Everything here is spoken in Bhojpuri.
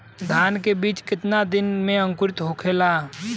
धान के बिज कितना दिन में अंकुरित होखेला?